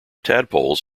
tadpoles